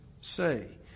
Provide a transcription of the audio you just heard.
say